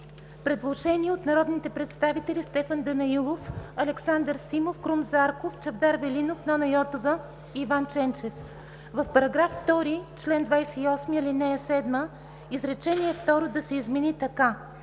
предложение от народните представители Стефан Данаилов, Александър Симов, Крум Зарков, Чавдар Велинов, Нона Йотова и Иван Ченчев – в § 2, чл. 28, ал. 7 изречение второ да се измени така: